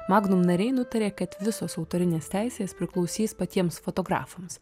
magnum nariai nutarė kad visos autorinės teisės priklausys patiems fotografams